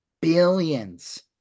billions